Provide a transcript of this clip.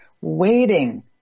waiting